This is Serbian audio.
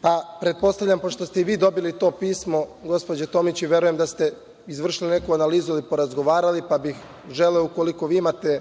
pa pretpostavljam, pošto ste i vi dobili to pismo, gospođo Tomić, i verujem da ste izvršili neku analizu i porazgovarali, pa bih želeo ukoliko vi imate